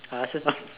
uh so it's not